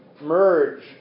merge